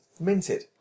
Minted